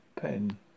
pen